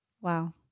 Wow